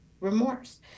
remorse